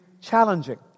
challenging